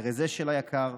ארז אשל היקר,